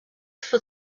for